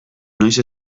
noiz